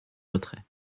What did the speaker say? retrait